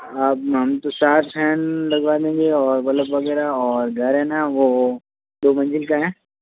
अब मान तो सात फैन लगवा देंगे और बल्ब वगैरह और घर है ना वो दो मंजिल का है